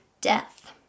death